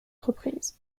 reprises